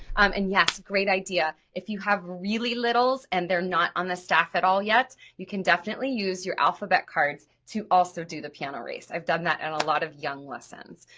and yes, great idea. if you have really littles and they're not on the staff at all yet, you can definitely use your alphabet cards to also do the piano race, i've done that in and a lot of young lessons.